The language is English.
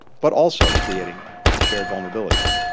but also creating shared vulnerabilities.